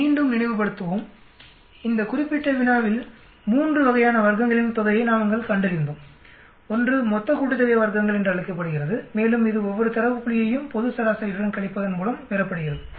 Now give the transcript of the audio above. நாம் மீண்டும் நினைவுபடுத்துவோம் இந்த குறிப்பிட்ட வினாவில் 3 வகையான வர்க்கங்களின் தொகையை நாங்கள் கண்டறிந்தோம் ஒன்று வர்க்கங்களின் மொத்த கூட்டுத்தொகை என்று அழைக்கப்படுகிறது மேலும் இது ஒவ்வொரு தரவு புள்ளியையும் பொது சராசரியுடன் கழிப்பதன் மூலம் பெறப்படுகிறது